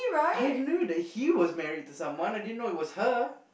I knew that he was married to someone I didn't know it was her